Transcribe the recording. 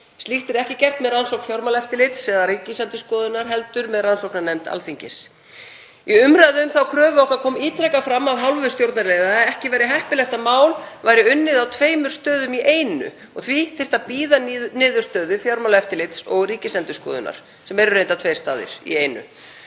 Slíkt er ekki gert með rannsókn Fjármálaeftirlitsins eða Ríkisendurskoðunar heldur með rannsóknarnefnd Alþingis. Í umræðu um þá kröfu okkar kom ítrekað fram af hálfu stjórnarliða að ekki væri heppilegt að mál væri unnið á tveimur stöðum í einu og því þyrfti að bíða niðurstöðu Fjármálaeftirlits og Ríkisendurskoðunar, sem eru reyndar tveir staðir í einu.